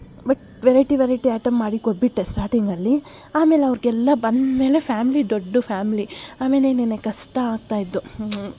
but variety variety item ಮಾಡಿ ಕೊಟ್ಬಿಟ್ಟೆ ಸ್ಟಾರ್ಟಿಂಗಲ್ಲಿ ಆಮೇಲೆ ಅವ್ರಿಗೆಲ್ಲ ಬಂದಮೇಲೆ ಫ್ಯಾಮ್ಲಿ ದೊಡ್ಡ ಫ್ಯಾಮ್ಲಿ ಆಮೆಲೇನೆ ಕಷ್ಟ ಆಗ್ತಾ ಇದ್ದು